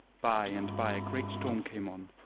by and by a great storm came on,